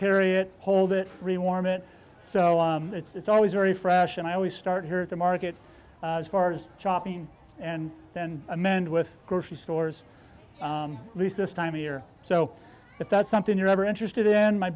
carry it hold it rewarm it so it's always very fresh and i always start here at the market as far as shopping and then amend with grocery stores at least this time of year so if that's something you're ever interested in my